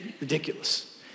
Ridiculous